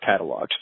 cataloged